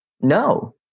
no